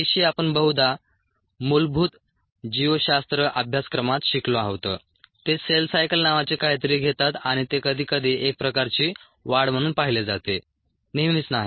पेशी आपण बहुधा मूलभूत जीवशास्त्र अभ्यासक्रमात शिकलो आहोत ते सेल सायकल नावाचे काहीतरी घेतात आणि ते कधीकधी एक प्रकारची वाढ म्हणून पाहिले जाते नेहमीच नाही